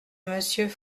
monsieur